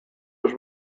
was